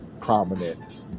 prominent